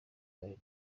online